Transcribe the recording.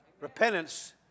Repentance